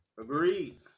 Agreed